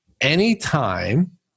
Anytime